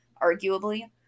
arguably